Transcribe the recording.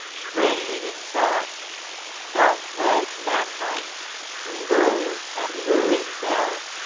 craving thought doth wed mankind to woe and ruin fell?